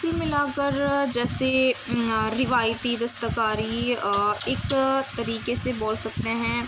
کل ملا کر جیسے روایتی دستکاری ایک طریقے سے بول سکتے ہیں